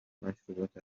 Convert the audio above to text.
مشروبات